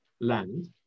land